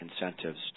incentives